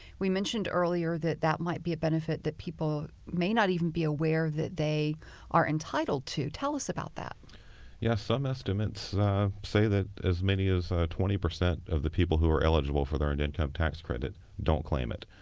we mentioned earlier that that might be a benefit that people may not even be aware that they are entitled to. tell us about that. eddie burch yes, some estimates say that as many as twenty percent of the people who are eligible for the earned income tax credit don't claim it.